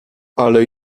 ale